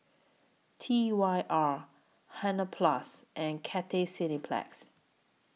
T Y R Hansaplast and Cathay Cineplex